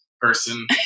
person